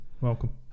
Welcome